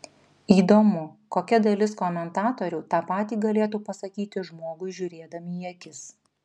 įdomu kokia dalis komentatorių tą patį galėtų pasakyti žmogui žiūrėdami į akis